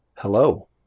Hello